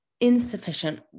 insufficient